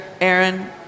Aaron